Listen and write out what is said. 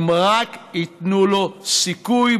אם רק ייתנו לו סיכוי,